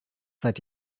seit